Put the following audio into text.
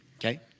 Okay